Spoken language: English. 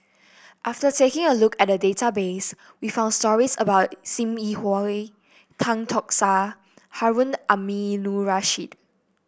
after taking a look at the database we found stories about Sim Yi Hui Tan Tock San Harun Aminurrashid